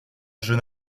jeune